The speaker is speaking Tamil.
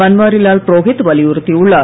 பன்வாரிலால் புரோஹித் வலியுறுத்தியுள்ளார்